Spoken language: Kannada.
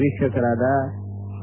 ವೀಕ್ಷಕರಾದ ಎ